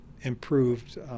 improved